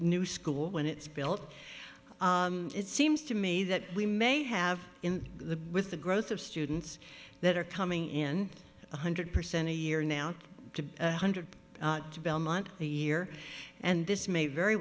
new school when it's built it seems to me that we may have in the with the growth of students that are coming in one hundred percent a year now to one hundred belmont a year and this may very